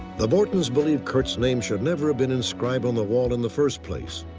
the borton's believe curt's name should never have been inscribed on the wall in the first place,